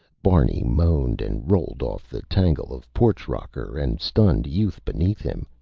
barney moaned and rolled off the tangle of porch rocker and stunned youth beneath him.